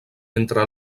entre